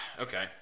okay